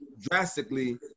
drastically